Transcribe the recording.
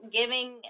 giving